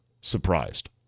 surprised